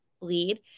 lead